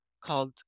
called